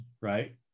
right